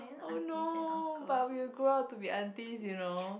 oh no but we will grew up to be aunties you know